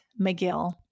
McGill